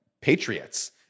patriots